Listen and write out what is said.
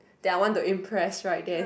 that I want to impress right then